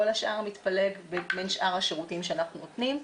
כל השאר מתפלג בין שאר השירותים שאנחנו נותנים.